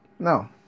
No